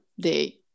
day